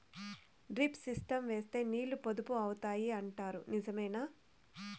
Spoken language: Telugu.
డ్రిప్ సిస్టం వేస్తే నీళ్లు పొదుపు అవుతాయి అంటారు నిజమేనా?